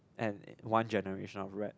and one generation of rat